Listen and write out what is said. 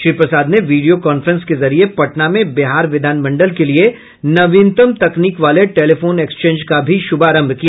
श्री प्रसाद ने video conference के जरिये पटना में बिहार विधानमंडल के लिए नवीनतम तकनीक वाले टेलीफोन एक्सचेंज का भी शुभारंभ किया